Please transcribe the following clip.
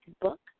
book